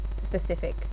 specific